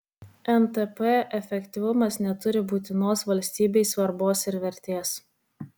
mtp efektyvumas neturi būtinos valstybei svarbos ir vertės